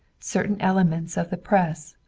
certain elements of the press,